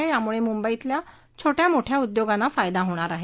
दालनामुळे मुंबईतील छोट्या मोठ्या उद्योगांना फायदा होणार आहे